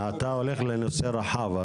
אתה הולך לנושא רחב.